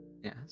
Yes